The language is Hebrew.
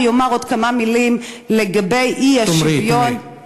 אומר עוד כמה מילים לגבי האי-שוויון,